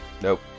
Nope